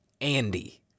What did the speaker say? Andy